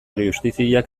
justiziak